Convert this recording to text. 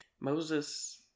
Moses